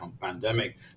pandemic